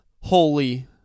holy